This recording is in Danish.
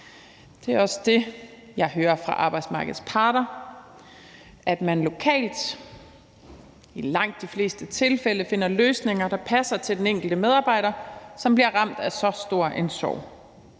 Det er også det, jeg hører fra arbejdsmarkedets parter, nemlig at man lokalt i langt de fleste tilfælde finder løsninger, der passer til den enkelte medarbejder, som bliver ramt af så stor en sorg.